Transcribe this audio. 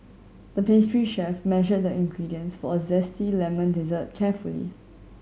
the pastry chef measured the ingredients for a zesty lemon dessert carefully